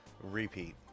repeat